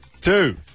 two